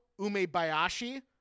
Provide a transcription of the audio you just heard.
Umebayashi